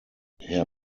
herr